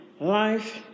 life